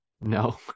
No